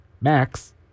Max